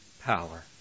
power